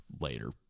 later